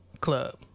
club